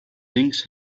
things